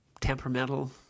temperamental